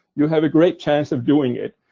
you have a great chance of doing it.